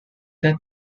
then